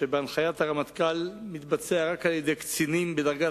שבהנחיית הרמטכ"ל מתבצע רק על-ידי קצינים בדרגת